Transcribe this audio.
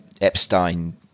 epstein